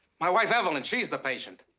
my wife evelyn, she's the patient.